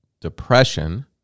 depression